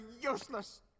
useless